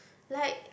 like